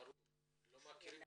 ולא את השפה,